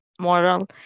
moral